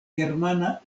germana